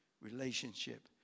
relationship